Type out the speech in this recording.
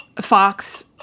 fox